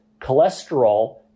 cholesterol